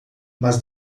mas